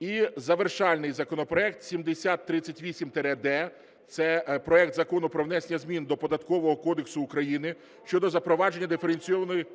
І завершальний законопроект 7038-д. Це проект Закону про внесення змін до Податкового кодексу України щодо запровадження диференційованої